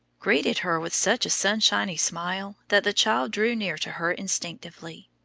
greeted her with such a sunshiny smile that the child drew near to her instinctively.